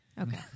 Okay